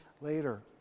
later